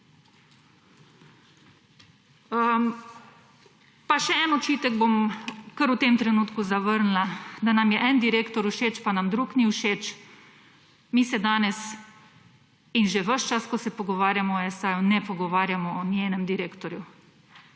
Pa še en očitek bom kar v tem trenutku zavrnila, da nam je en direktor, pa nam drug ni všeč. Mi se danes in že ves čas, ko se pogovarjamo o STA, ne pogovarjamo o njenem direktorju.